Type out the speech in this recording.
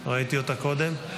ראיתי אותה קודם,